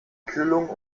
kühlung